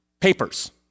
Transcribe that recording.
papers